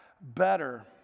better